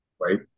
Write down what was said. Right